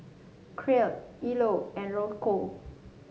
Crete Ilo and Rocio